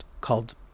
called